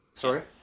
Sorry